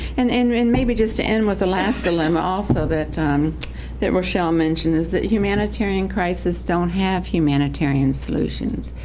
and and and maybe just to end with the last dilemma, also that that rochelle mentioned, is that humanitarian crises don't have humanitarian solutions.